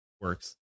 works